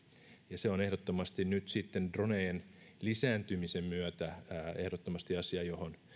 ja se on nyt dronejen lisääntymisen myötä ehdottomasti asia johon